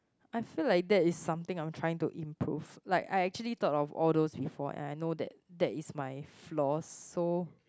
I feel like that is something I'm trying to improve like I actually thought of all those before and I know that that is my flaws so